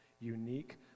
unique